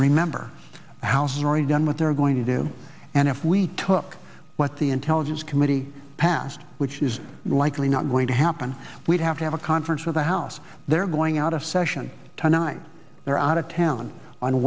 remember house has already done what they're going to do and if we took what the intelligence committee passed which is likely not going to happen we'd have to have a conference with the house they're going out of session tonight they're out of town on